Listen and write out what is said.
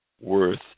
worth